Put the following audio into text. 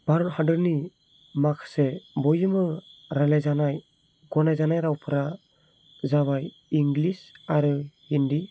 भारत हादरनि माखासे बयजोंबो रायलायजानाय गनायजानाय रावफोरा जाबाय इंलिस आरो हिन्दी